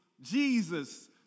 Jesus